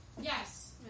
Yes